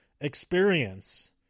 experience